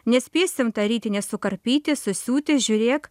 nespėsim tą ritinį sukarpyti susiūti žiūrėk